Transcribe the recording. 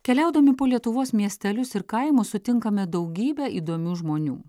keliaudami po lietuvos miestelius ir kaimus sutinkame daugybę įdomių žmonių